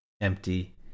empty